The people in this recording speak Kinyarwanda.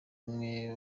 bamwe